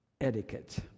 etiquette